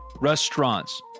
restaurants